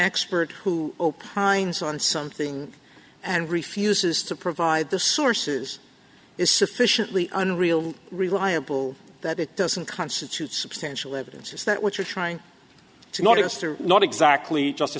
expert who opines on something and refuses to provide the sources is sufficiently unreal reliable that it doesn't constitute substantial evidence is that what you're trying to naughtiest are not exactly just